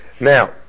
Now